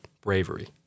bravery